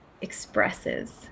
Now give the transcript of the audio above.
expresses